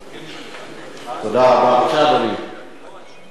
אדוני היושב-ראש,